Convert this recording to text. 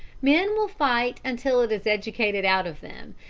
men will fight until it is educated out of them,